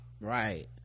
Right